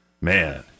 Man